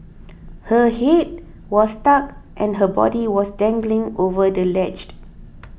her head was stuck and her body was dangling over the ledge